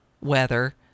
weather